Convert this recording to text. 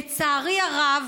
לצערי הרב,